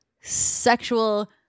sexual